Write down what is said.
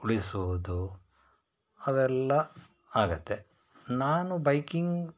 ಉಳಿಸುವುದು ಅವೆಲ್ಲ ಆಗತ್ತೆ ನಾನು ಬೈಕಿಂಗ್